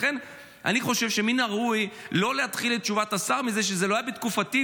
לכן אני חושב שמן הראוי לא להתחיל את תשובת השר מזה שזה לא היה בתקופתו,